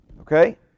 Okay